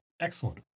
Excellent